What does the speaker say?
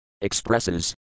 expresses